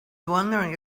wondering